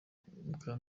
bwa